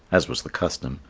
as was the custom,